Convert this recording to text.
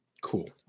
Cool